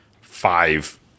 five